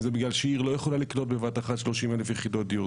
אם זה בגלל שעיר לא יכולה לקלוט בבת אחת 30,000 יחידות דיור,